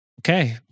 okay